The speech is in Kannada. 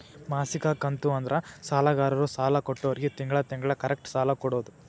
ಮಾಸಿಕ ಕಂತು ಅಂದ್ರ ಸಾಲಗಾರರು ಸಾಲ ಕೊಟ್ಟೋರ್ಗಿ ತಿಂಗಳ ತಿಂಗಳ ಕರೆಕ್ಟ್ ಸಾಲ ಕೊಡೋದ್